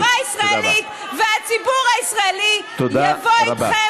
והחברה הישראלית והציבור הישראלי יבואו איתכם